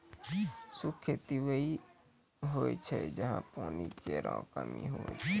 शुष्क खेती वहीं होय छै जहां पानी केरो कमी होय छै